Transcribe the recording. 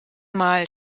mal